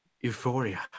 euphoria